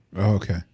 Okay